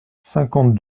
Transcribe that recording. cinquante